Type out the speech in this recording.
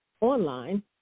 online